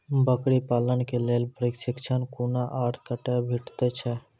बकरी पालन के लेल प्रशिक्षण कूना आर कते भेटैत छै?